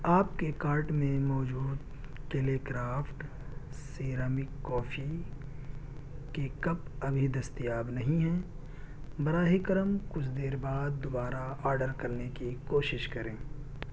آپ کے کارٹ میں موجود کیلی کرافٹ سیرامک کافی کے کپ ابھی دستیاب نہیں ہیں براہ کرم کچھ دیر بعد دوبارہ آڈر کرنے کی کوشش کریں